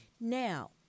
Now